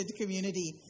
community